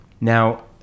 Now